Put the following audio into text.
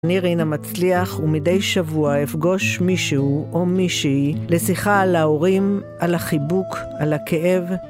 נירינה מצליח ומדי שבוע אפגוש מישהו או מישהי לשיחה על ההורים, על החיבוק, על הכאב.